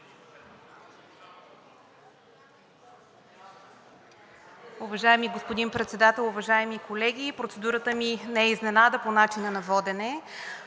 Уважаеми господин Председател, уважаеми колеги! Процедурата ми не е изненада – по начина на водене